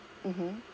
mmhmm